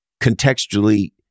contextually